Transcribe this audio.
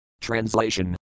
Translation